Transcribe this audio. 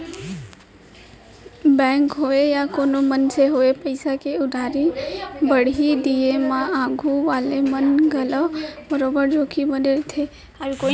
bank होवय या कोनों मनसे होवय पइसा के उधारी बाड़ही दिये म आघू वाले मन ल घलौ बरोबर जोखिम बने रइथे